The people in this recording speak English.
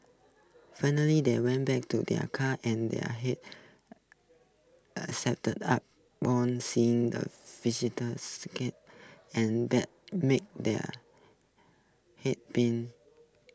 finally they went back to their car and their hearts up one seeing the and that make there had been